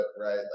right